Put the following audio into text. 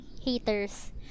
haters